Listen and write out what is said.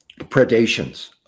predations